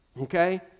okay